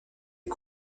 est